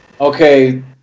okay